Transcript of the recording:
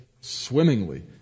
swimmingly